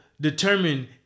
determine